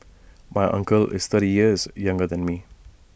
my uncle is thirty years younger than me